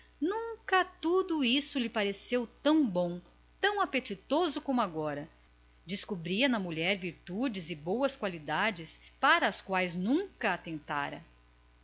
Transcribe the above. quitéria tudo isso nunca lhe pareceu tão bom tão apetecível como naquele momento agora descobria na mulher virtudes e belas qualidades para as quais nunca atentara